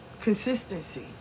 Consistency